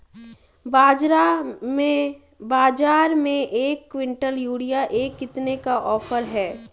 बाज़ार में एक किवंटल यूरिया पर कितने का ऑफ़र है?